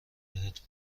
بهت